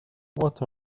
what